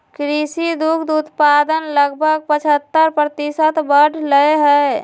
कृषि दुग्ध उत्पादन लगभग पचहत्तर प्रतिशत बढ़ लय है